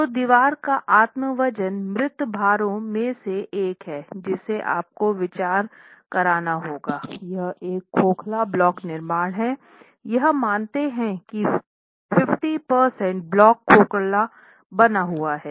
तो दीवार का आत्म वजन मृत भारों में से एक है जिसे आपको विचार करना होगा यह एक खोखला ब्लॉक निर्माण है यह मानते है कि 50 प्रतिशत ब्लॉक खोखला बना हुआ है